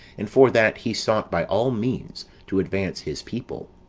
and for that he sought by all means to advance his people.